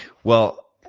well,